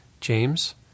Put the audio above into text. James